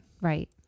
Right